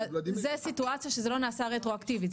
זו סיטואציה שזה לא נעשה רטרואקטיבית,